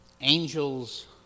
Angels